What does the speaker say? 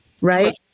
right